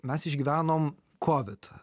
mes išgyvenom kovidą